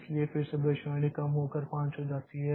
इसलिए फिर से भविष्यवाणी कम हो कर 5 हो जाती है